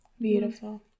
Beautiful